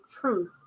truth